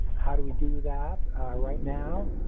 how do we do that right now?